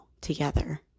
together